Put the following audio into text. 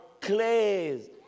clays